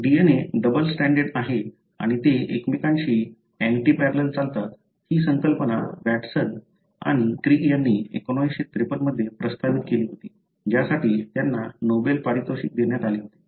तर DNA double stranded आहे आणि ते एकमेकांशी अँटीपॅरलल चालतात ही संकल्पना वॉटसन आणि क्रिक यांनी 1953 मध्ये प्रस्तावित केली होती ज्यासाठी त्यांना नोबेल पारितोषिक देण्यात आले होते